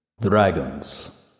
Dragons